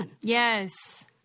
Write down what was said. Yes